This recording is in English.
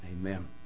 Amen